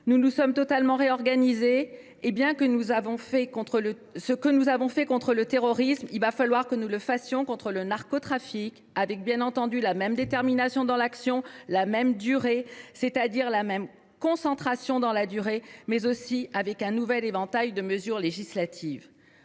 Nous nous sommes totalement réorganisés. Ce que nous avons fait contre le terrorisme, il va falloir que nous le fassions contre le narcotrafic, avec, bien entendu, la même détermination dans l’action, la même concentration dans la durée, mais aussi avec un nouvel éventail de mesures, notamment législatives.